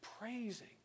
praising